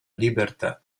libertà